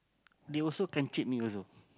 they also can cheat me also